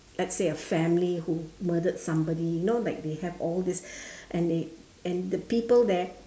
let's say a family who murdered somebody you know like they have all this and they and the people there